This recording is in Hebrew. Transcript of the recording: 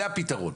זה הפיתרון.